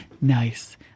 Nice